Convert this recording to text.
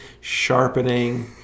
sharpening